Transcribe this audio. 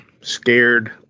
scared